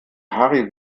harry